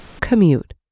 commute